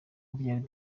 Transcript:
byari